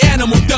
Animal